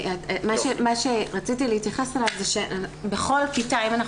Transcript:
מה שרציתי להתייחס אליו זה שאם אנחנו